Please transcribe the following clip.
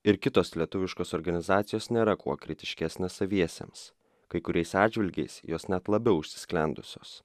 ir kitos lietuviškos organizacijos nėra kuo kritiškesnės saviesiems kai kuriais atžvilgiais jos net labiau užsisklendusios